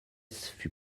fut